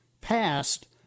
passed